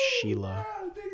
Sheila